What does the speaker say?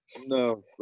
No